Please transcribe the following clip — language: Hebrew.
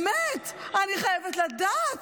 באמת, אני חייבת לדעת.